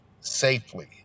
safely